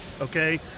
okay